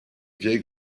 vieille